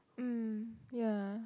mm yeah